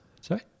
Sorry